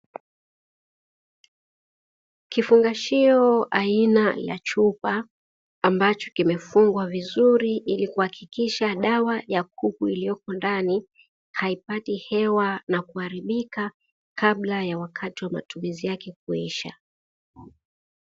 Kifungashio aina ya chupa ambacho kimefungwa vizuri ili kuhakikisha dawa ya kuku iliyopo ndani haipati hewa na kuharibika kabla ya wakati wa matumizi yake kuisha.